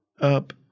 up